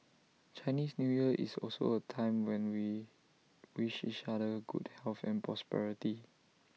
Chinese New Year is also A time when we wish each other good health and prosperity